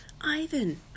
ivan